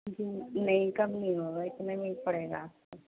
جی نہیں کم نہیں ہوگا اتنے میں ہی پڑے گا آپ کو